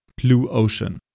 blueocean